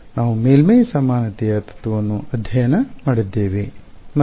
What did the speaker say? ನಾವು ಮೇಲ್ಮೈ ಸಮಾನತೆಯ ತತ್ವವನ್ನು ಅಧ್ಯಯನ ಮಾಡಿದ್ದೇವೆ ಮತ್ತು